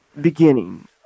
beginning